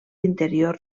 interior